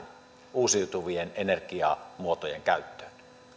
uusiutuvien energiamuotojen käyttöön